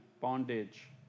bondage